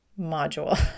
module